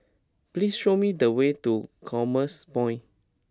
please show me the way to Commerce Point